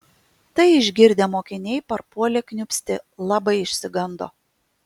tai išgirdę mokiniai parpuolė kniūpsti labai išsigando